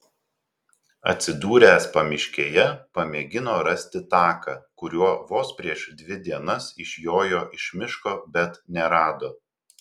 atsidūręs pamiškėje pamėgino rasti taką kuriuo vos prieš dvi dienas išjojo iš miško bet nerado